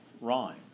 rhyme